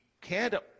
Canada